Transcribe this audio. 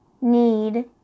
need